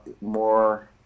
more